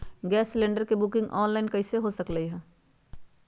Gas cylinder के booking online कईसे हो सकलई ह?